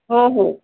हो हो